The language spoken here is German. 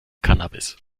cannabis